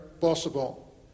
possible